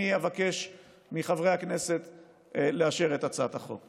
אני אבקש מחברי הכנסת לאשר את הצעת החוק.